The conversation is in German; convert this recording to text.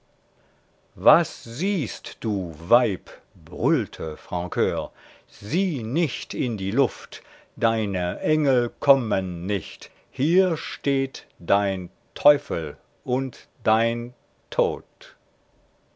was siehst du weib brüllte francur sieh nicht in die luft deine engel kommen nicht hier steht dein teufel und dein tod